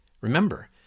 Remember